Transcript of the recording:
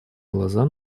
глаза